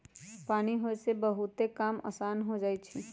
पानी होय से बहुते काम असान हो जाई छई